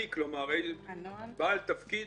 בעל תפקיד